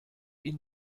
ihn